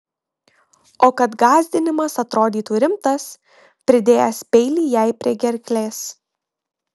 o kad gąsdinimas atrodytų rimtas pridėjęs peilį jai prie gerklės